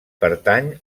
pertany